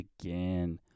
again